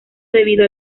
debido